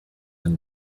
and